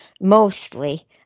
mostly